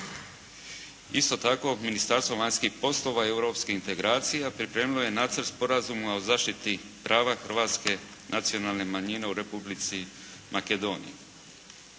Isto tako, Ministarstvo vanjskih poslova i europskih integracija pripremilo je nacrt Sporazuma o zaštiti prava hrvatske nacionalne manjine u Republici Makedoniji.